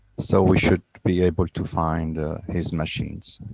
so we should be able to find his machines.